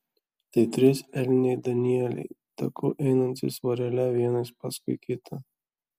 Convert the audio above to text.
tai trys elniai danieliai taku einantys vorele vienas paskui kitą